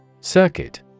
Circuit